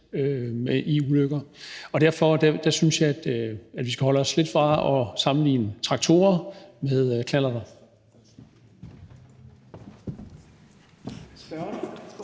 i ulykker. Derfor synes jeg, at vi skal holde os lidt fra at sammenligne traktorer med knallerter.